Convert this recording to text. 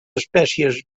espècies